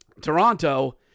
Toronto